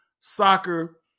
soccer